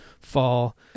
fall